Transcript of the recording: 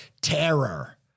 terror